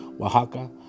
oaxaca